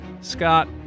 Scott